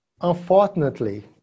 Unfortunately